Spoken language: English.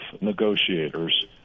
negotiators